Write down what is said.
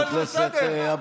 אני מנסה לעזור לך.